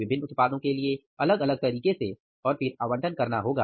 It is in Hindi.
विभिन्न उत्पादों के लिए अलग अलग तरीके से और फिर आवंटन करना होगा